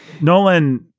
Nolan